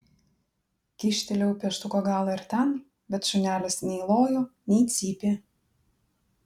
kyštelėjau pieštuko galą ir ten bet šunelis nei lojo nei cypė